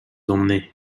emmener